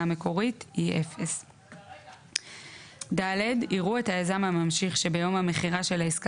המקורית היא 0. (ד)יראו את היזם הממשיך שביום המכירה של העסקה